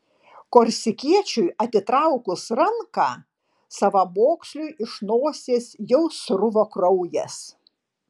korsikiečiui atitraukus ranką savamoksliui iš nosies jau sruvo kraujas